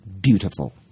beautiful